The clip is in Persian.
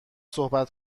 صحبت